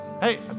Hey